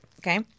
okay